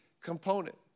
component